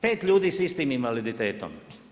Pet ljudi sa istim invaliditetom.